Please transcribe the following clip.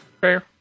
Fair